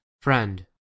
Friend